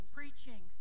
preaching